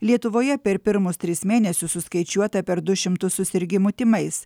lietuvoje per pirmus tris mėnesius suskaičiuota per du šimtus susirgimų tymais